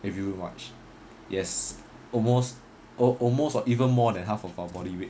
every road march yes almost almost or even more than half of our body weight